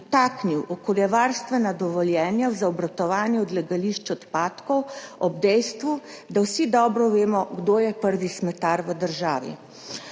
vtaknil okoljevarstvena dovoljenja za obratovanje odlagališč odpadkov, ob dejstvu, da vsi dobro vemo, kdo je prvi smetar v državi.